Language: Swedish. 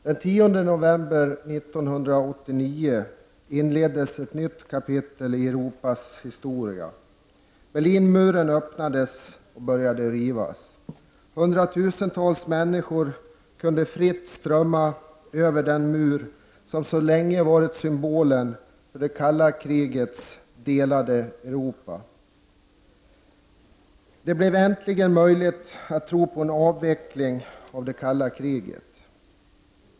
Den 10 november 1989 inleddes ett nytt kapitel i Europas historia: Berlinmuren öppnades och började rivas. Hundratusentals människor kunde fritt strömma över den mur som så länge varit symbolen för det kalla krigets delade Europa. Det blev äntligen möjligt att tro på en avveckling av det kalla kriget.